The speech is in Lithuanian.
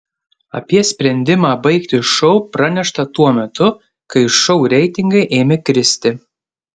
apie sprendimą baigti šou pranešta tuo metu kai šou reitingai ėmė kristi